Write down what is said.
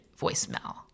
voicemail